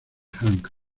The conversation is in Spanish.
hank